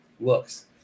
looks